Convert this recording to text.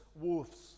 wolves